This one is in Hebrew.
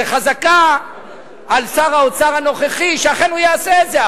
וחזקה על שר האוצר הנוכחי שאכן הוא יעשה את זה.